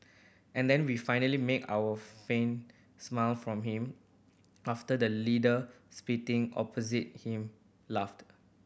and then we finally make our a faint smile from him after the leader spitting opposite him laughed